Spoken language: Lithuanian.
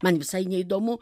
man visai neįdomu